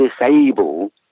disable